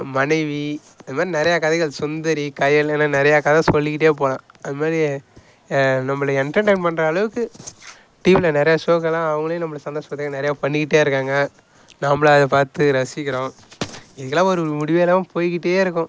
மனைவி இது மாதிரி நிறையா கதைகள் சுந்தரி கயல் இன்னும் நிறையா கதை சொல்லிகிட்டே போகலாம் அது மாதிரி நம்மள என்டர்டெயின் பண்ணுற அளவுக்கு டிவியில் நிறையா ஷோக்கள்லாம் அவங்களே நம்மளை சந்தோஷப்படுத்திக்க நிறையா பண்ணிகிட்டே இருக்காங்க நம்பளும் அதை பார்த்து ரசிக்கிறோம் இதுக்கலாம் ஒரு முடிவு இல்லாமல் போய்கிட்டே இருக்கும்